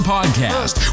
Podcast